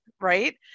right